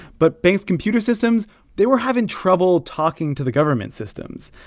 but banks' computer systems they were having trouble talking to the government systems.